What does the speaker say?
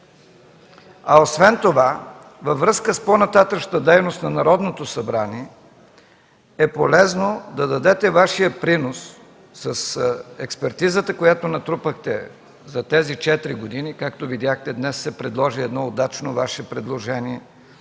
Освен това, във връзка с по-нататъшната дейност на Народното събрание, е полезно да дадете Вашия принос с експертизата, която натрупахте за тези четири години – както видяхте, днес се прие едно удачно Ваше предложение